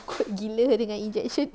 takut gila dengan injection